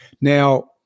Now